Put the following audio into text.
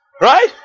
right